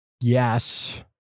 yes